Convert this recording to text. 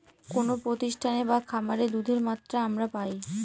কোনো প্রতিষ্ঠানে বা খামারে দুধের মাত্রা আমরা পাই